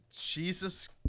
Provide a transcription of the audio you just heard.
Jesus